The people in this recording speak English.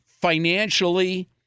financially